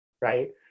Right